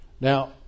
Now